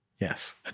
Yes